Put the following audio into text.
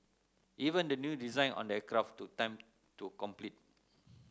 even the new design on the aircraft took time to complete